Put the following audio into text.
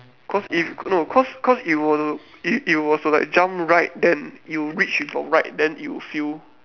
cause if no cause cause it was to if it was to like jump right then you reach with your right then it'll feel